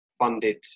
funded